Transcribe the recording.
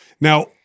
Now